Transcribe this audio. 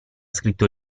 scritto